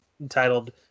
entitled